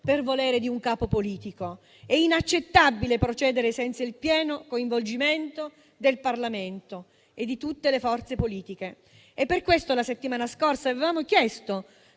per volere di un capo politico. È inaccettabile procedere senza il pieno coinvolgimento del Parlamento e di tutte le forze politiche. Per questo, la settimana scorsa avevamo chiesto,